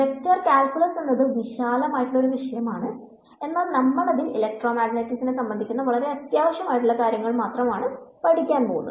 vector calculus എന്നത് വിശാലമായ വിഷയമാണ് എന്നാൽ നമ്മൾ അതിൽ ഇലക്ട്രോ മാഗ്നറ്റിക്സിനെ സംബന്ധിക്കുന്ന വളരെ അത്യാവശ്യം ആയ കാര്യങ്ങൾ ആണ് പഠിക്കാൻ പോവുന്നത്